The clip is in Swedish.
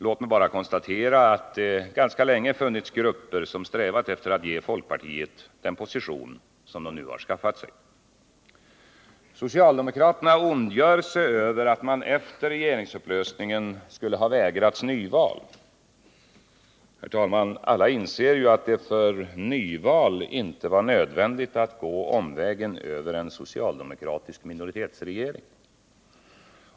Låt mig bara konstatera att det ganska länge funnits grupper, som strävat efter att ge folkpartiet den position som det nu har skaffat sig. Socialdemokraterna ondgör sig över att man efter regeringsupplösningen skulle ha vägrats nyval. Alla inser ju att det för nyval inte var nödvändigt att gå omvägen över en socialdemokratisk minoritetsregering.